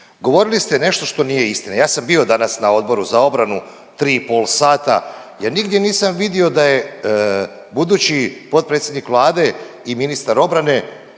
Govorili ste nešto što nije istina, ja sam bio danas na Odboru za obranu tri i pol sata ja nigdje nisam vidio da je budući potpredsjednik Vlade i ministar obrane